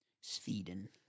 Sweden